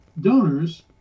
donors